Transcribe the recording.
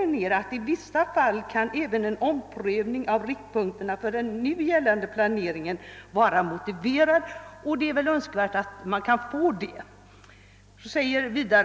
fram yttrar statsrådet: »I vissa fall kan även en omprövning av riktpunkterna för den nu gällande planeringen vara motiverad.» Det är väl också önskvärt att en sådan omprövning sker snart.